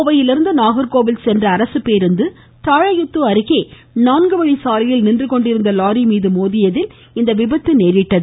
கோவையிலிருந்து நாகர்கோவில் சென்ற அரசுப்பேருந்து தாழையூத்து அருகே நான்கு வழிச்சாலையில் நின்றுகொண்டிருந்த லாரிமீது மோதியதில் இவ்விபத்து நேரிட்டுள்ளது